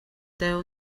tev